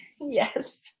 Yes